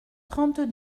trente